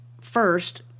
First